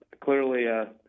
clearly